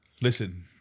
Listen